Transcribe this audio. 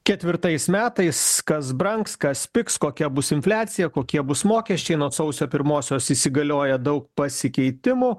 ketvirtais metais kas brangs kas pigs kokia bus infliacija kokie bus mokesčiai nuo sausio pirmosios įsigalioja daug pasikeitimų